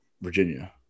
Virginia